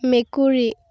মেকুৰী